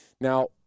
Now